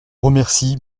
remercie